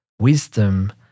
wisdom